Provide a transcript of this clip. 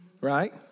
right